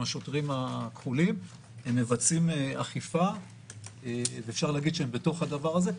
השוטרים הכחולים מבצעים אכיפה ואפשר להגיד שהם בתוך הדבר הזה.